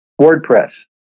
WordPress